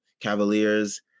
Cavaliers